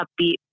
upbeat